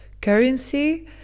currency